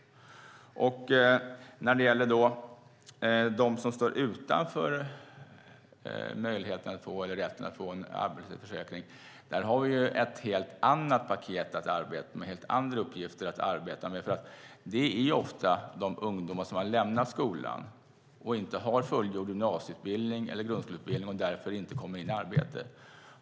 När det gäller de som står utanför rätten att få en arbetslöshetsförsäkring har vi ett helt annat paket och andra uppgifter att arbeta med. Det handlar ofta om de ungdomar som har lämnat skolan och inte har fullgjord gymnasieutbildning eller grundskoleutbildning och därför inte kommer in i arbete.